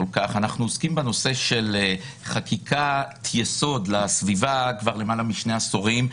אנחנו עוסקים בנושא של חקיקת יסוד לסביבה כבר למעלה משני עשורים,